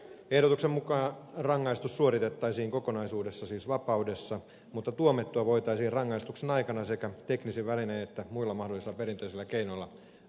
ehdotuksen mukaan rangaistus suoritettaisiin kokonaisuudessaan siis vapaudessa mutta tuomittua voitaisiin rangaistuksen aikana sekä teknisin välinein että muilla mahdollisilla perinteisillä keinoilla valvoa